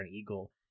Eagle